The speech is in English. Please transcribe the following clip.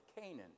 Canaan